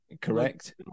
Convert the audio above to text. Correct